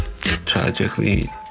tragically